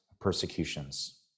persecutions